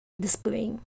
displaying